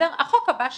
החוק הבא שיהיה,